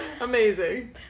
Amazing